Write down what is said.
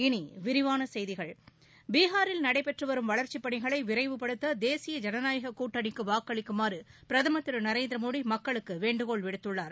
இனி விரிவான செய்திகள் பீகாரில் நடைபெற்று வரும் வளர்ச்சிப் பணிகளை விரைவுபடுத்த தேசிய ஜனநாயகக் கூட்டணிக்கு வாக்களிக்குமாறு பிரதமர் திரு நரேந்திரமோடி மக்களுக்கு வேண்டுகோள் விடுத்துள்ளார்